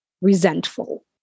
resentful